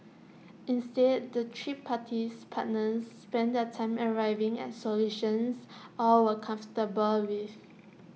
instead the three parties partners spent their time arriving at solutions all were comfortable with